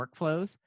workflows